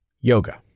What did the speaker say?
Yoga